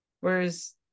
Whereas